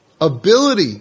ability